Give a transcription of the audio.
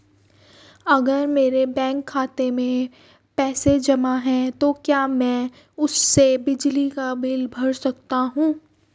अगर मेरे बैंक खाते में पैसे जमा है तो क्या मैं उसे बिजली का बिल भर सकता हूं?